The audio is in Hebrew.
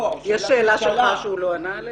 יש שאלה שלך שהוא לא ענה עליה?